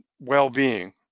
well-being